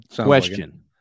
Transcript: question